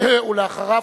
ואחריו,